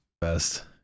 Best